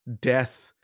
death